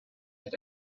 had